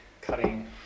cutting